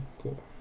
Cool